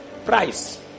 price